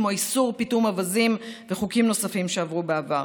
כמו איסור פיטום אווזים וחוקים נוספים שעברו בעבר.